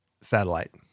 satellite